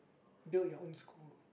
build your own school